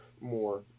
more